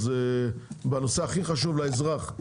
אז בנושא הכי חשוב לאזרח,